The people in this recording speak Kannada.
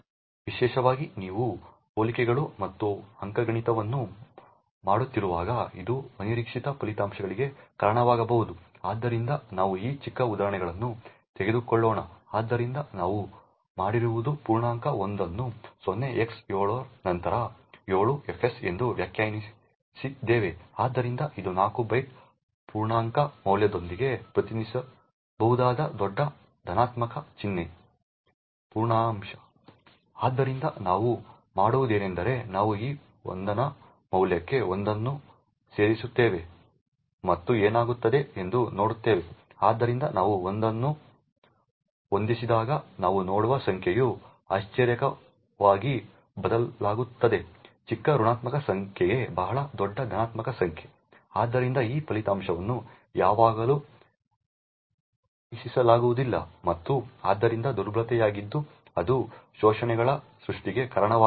ವಿಶೇಷವಾಗಿ ನೀವು ಹೋಲಿಕೆಗಳು ಮತ್ತು ಅಂಕಗಣಿತವನ್ನು ಮಾಡುತ್ತಿರುವಾಗ ಇದು ಅನಿರೀಕ್ಷಿತ ಫಲಿತಾಂಶಗಳಿಗೆ ಕಾರಣವಾಗಬಹುದು ಆದ್ದರಿಂದ ನಾವು ಈ ಚಿಕ್ಕ ಉದಾಹರಣೆಯನ್ನು ತೆಗೆದುಕೊಳ್ಳೋಣ ಆದ್ದರಿಂದ ನಾವು ಮಾಡಿರುವುದು ಪೂರ್ಣಾಂಕ l ಅನ್ನು 0 x 7 ನಂತರ 7 fs ಎಂದು ವ್ಯಾಖ್ಯಾನಿಸಿದ್ದೇವೆ ಆದ್ದರಿಂದ ಇದು 4 ಬೈಟ್ ಪೂರ್ಣಾಂಕ ಮೌಲ್ಯದೊಂದಿಗೆ ಪ್ರತಿನಿಧಿಸಬಹುದಾದ ದೊಡ್ಡ ಧನಾತ್ಮಕ ಚಿಹ್ನೆ ಪೂರ್ಣಾಂಕ ಆದ್ದರಿಂದ ನಾವು ಮಾಡುವುದೇನೆಂದರೆ ನಾವು ಈ l ನ ಮೌಲ್ಯಕ್ಕೆ 1 ಅನ್ನು ಸೇರಿಸುತ್ತೇವೆ ಮತ್ತು ಏನಾಗುತ್ತದೆ ಎಂದು ನೋಡುತ್ತೇವೆ ಆದ್ದರಿಂದ ನಾವು 1 ಅನ್ನು ಹೊಂದಿದ್ದಾಗ ನಾವು ನೋಡುವ ಸಂಖ್ಯೆಯು ಆಶ್ಚರ್ಯಕರವಾಗಿ ಬದಲಾಗುತ್ತದೆ ಚಿಕ್ಕ ಋಣಾತ್ಮಕ ಸಂಖ್ಯೆಗೆ ಬಹಳ ದೊಡ್ಡ ಧನಾತ್ಮಕ ಸಂಖ್ಯೆ ಆದ್ದರಿಂದ ಈ ಫಲಿತಾಂಶವನ್ನು ಯಾವಾಗಲೂ ನಿರೀಕ್ಷಿಸಲಾಗುವುದಿಲ್ಲ ಮತ್ತು ಆದ್ದರಿಂದ ದುರ್ಬಲತೆಯಾಗಿದ್ದು ಅದು ಶೋಷಣೆಗಳ ಸೃಷ್ಟಿಗೆ ಕಾರಣವಾಗಬಹುದು